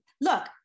look